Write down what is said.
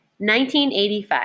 1985